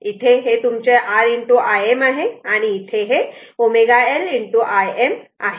इथे हे तुमचे R Im आहे आणि इथे हे ω L Im आहे